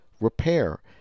repair